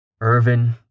Irvin